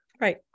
Right